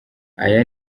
aya